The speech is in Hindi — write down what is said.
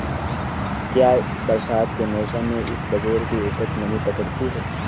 क्या बरसात के मौसम में इसबगोल की उपज नमी पकड़ती है?